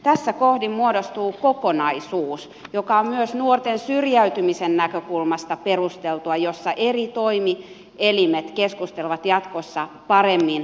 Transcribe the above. tässä kohdin muodostuu kokonaisuus joka on myös nuorten syrjäytymisen näkökulmasta perusteltu jossa eri toimielimet keskustelevat jatkossa paremmin toistensa kanssa